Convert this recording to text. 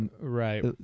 right